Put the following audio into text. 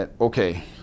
Okay